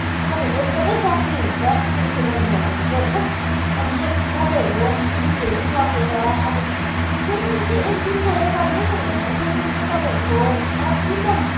तपाईँहरू एकदमै सक्ने हुन्छ त्यसो गर्नु भयो भने चाहिँ होइन अनि चाहिँ तपाईँहरू त्यो खेलि सकेर अब स्विमिङ चाहिँ एक दिनकोले कहिले पनि हुँदैन स्विमिङ चाहिँ तपाईँहरूको मेक्सिमम